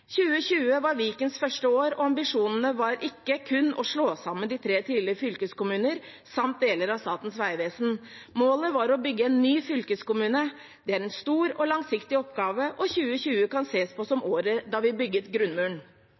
var Vikens første år, og ambisjonen var ikke kun å slå sammen tre tidligere fylkeskommuner, samt deler av Statens Vegvesen. Målet var å bygge en ny fylkeskommune. Det er en stor og langsiktig oppgave, og 2020 kan sees på som året da vi bygget grunnmuren.»